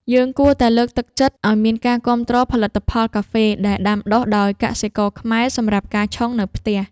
យើងគួរតែលើកទឹកចិត្តឱ្យមានការគាំទ្រផលិតផលកាហ្វេដែលដាំដុះដោយកសិករខ្មែរសម្រាប់ការឆុងនៅផ្ទះ។